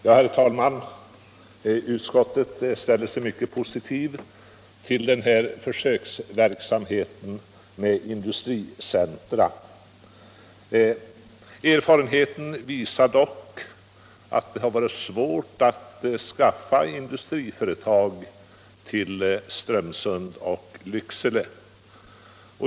Fru talman! Utskottet ställer sig mycket positivt till försöksverksamheten med industricentra. Erfarenheten visar dock att det har varit svårt att skaffa industriföretag till Strömsund och Lycksele.